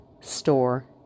store